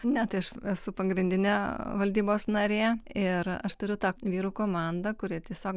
ne tai aš esu pagrindinė valdybos narė ir aš turiu tą vyrų komandą kuri tiesiog